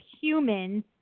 humans